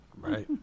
Right